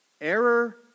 error